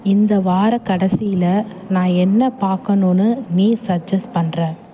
இந்த வாரக்கடைசியில் நான் என்ன பார்க்கணுன்னு நீ சஜ்ஜஸ் பண்ணுற